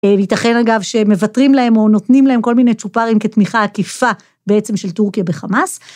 ייתכן אגב שמוותרים להם או נותנים להם כל מיני צופרים כתמיכה עקיפה בעצם של טורקיה בחמאס.